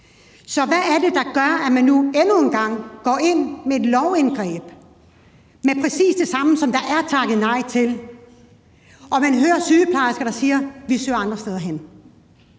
Så hvad er det, der gør, at man nu endnu en gang går ind med et lovindgreb med præcis det samme, som der er takket nej til? Man hører sygeplejersker, der siger: Vi søger andre steder hen.